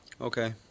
Okay